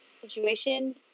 situation